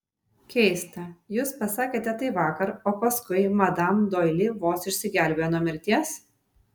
keista jūs pasakėte tai vakar o paskui madam doili vos išsigelbėjo nuo mirties